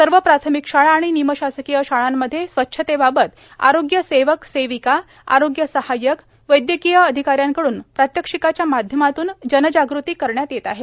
सर्व प्राथमिक शाळा आणि निमशासकीय शाळांमध्ये स्वच्छतेबाबत आरोग्य सेवक सेविकाए आरोग्य सहाय्यकए वैदयकीय अधिकाऱ्यांकडून प्रात्यक्षिकाच्या माध्यमातून जनजाग़ती करण्यात येत आहे